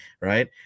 Right